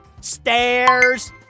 stairs